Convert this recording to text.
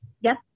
Yes